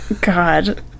god